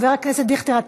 חבר הכנסת דיכטר,